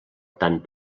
tant